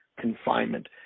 confinement